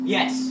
Yes